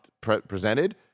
presented